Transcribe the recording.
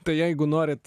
tai jeigu norit